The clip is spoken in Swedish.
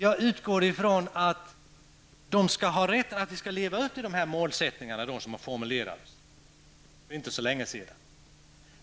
Jag utgår ifrån att vi skall leva upp till de målsättningar som har formulerats för inte så länge sedan,